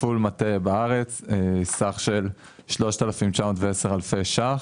תפעול מטה בארץ, סך של 3,910 אלפי שקלים.